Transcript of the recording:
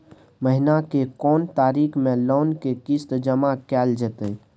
महीना के कोन तारीख मे लोन के किस्त जमा कैल जेतै?